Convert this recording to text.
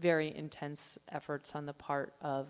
very intense efforts on the part of